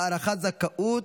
(הארכת זכאות),